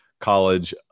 College